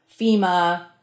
FEMA